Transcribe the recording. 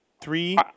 Three